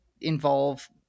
involve